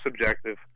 subjective